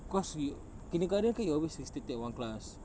cause we kindergarten kan we always we stick to at one class